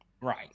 Right